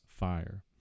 Fire